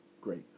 Great